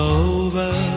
over